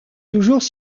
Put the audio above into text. toujours